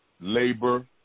labor